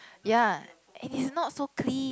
ya and it's not so clean